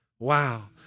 Wow